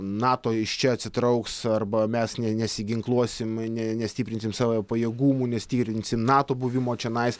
nato iš čia atsitrauks arba mes ne nesiginkluosim ne nestiprinsim savo pajėgumų nestiprinsim nato buvimo čionais